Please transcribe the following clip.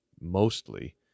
mostly